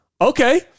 okay